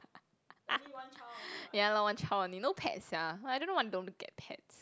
ya lor one child only no pets sia I don't know why don't get pets